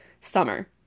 summer